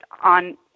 on